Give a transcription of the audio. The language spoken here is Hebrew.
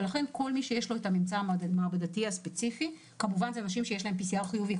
לכן כל מי שיש לו הממצא המעבדתי הספציפי אלה אנשים שיש להם PCR חיובי,